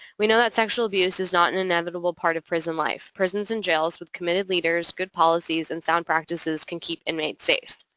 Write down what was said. we know that sexual abuse is not an inevitable part of prison life. prisons and jails with committed leaders, good policies, and sound practices can keep inmates safe.